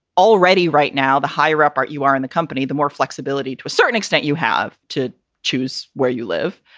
already right now, the higher up you are in the company, the more flexibility to a certain extent you have to choose where you live.